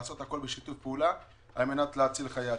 לעשות הכול בשיתוף פעולה על מנת להציל חיי אדם.